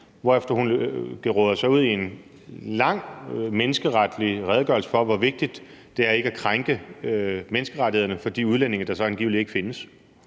hvorefter hun geråder sig ud i en lang menneskeretlig redegørelse for, hvor vigtigt det er ikke at krænke menneskerettighederne for de udlændinge, der så angiveligt ikke findes.